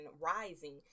Rising